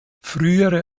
frühere